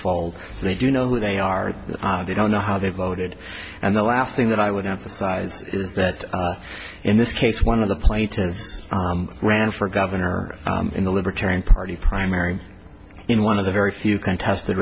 fold so they do know where they are they don't know how they voted and the last thing that i would emphasize is that in this case one of the plane ran for governor in the libertarian party primary in one of the very few contested